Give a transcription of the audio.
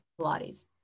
Pilates